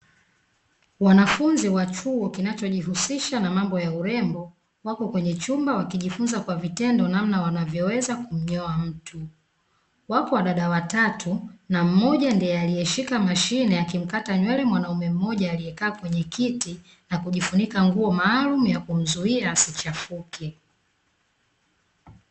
Wanafunzi wa chuo kinachohusika na mambo ya urembo wapo kwenye chumba wakifunza kwa vitendo namna wanavyoweza kumnyoa mtu, wako wadada watatu na mmoja ndie aliyeshika mashine akimtaka nywele mwanaume mmoja aliyekaa kwenye kiti na kujifunika nguo maalumu ya kumzuia asichafuke.